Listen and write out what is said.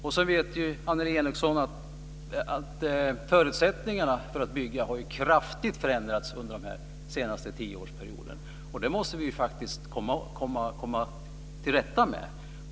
Sedan vet Annelie Enochson att förutsättningarna för att bygga kraftigt har förändrats under den senaste tioårsperioden. Det måste vi faktiskt komma till rätta med.